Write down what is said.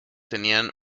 tenían